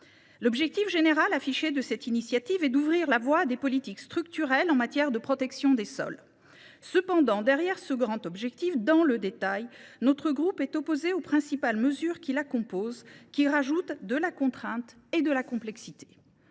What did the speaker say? L’objectif général de cette initiative est d’ouvrir la voie à des politiques structurelles en matière de protection des sols. Cependant, derrière ce grand objectif affiché, notre groupe est opposé aux principales mesures qui figurent dans ce texte en ce qu’elles ajoutent de la contrainte et de la complexité.